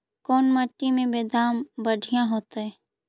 कोन मट्टी में बेदाम बढ़िया होतै?